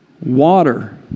water